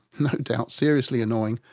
no doubt seriously annoying,